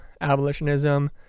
abolitionism